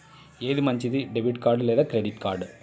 ఏది మంచిది, debit card లేదా క్రెడిట్ కార్డ్?